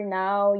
now